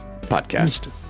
Podcast